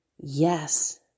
Yes